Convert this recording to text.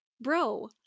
bro